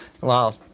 Wow